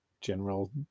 general